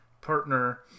partner